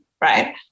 right